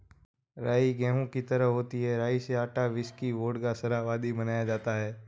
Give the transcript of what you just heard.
राई गेहूं की तरह होती है राई से आटा, व्हिस्की, वोडका, शराब आदि बनाया जाता है